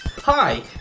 Hi